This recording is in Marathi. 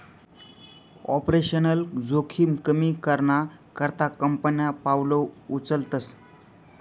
आपरेशनल जोखिम कमी कराना करता कंपन्या पावलं उचलतस